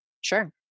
Sure